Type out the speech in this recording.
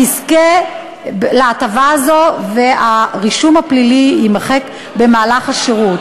תזכה להטבה הזאת והרישום הפלילי יימחק במהלך השירות,